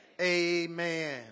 amen